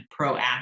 proactive